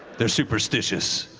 they're superstitious,